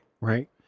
Right